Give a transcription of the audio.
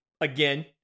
again